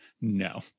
no